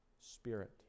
spirit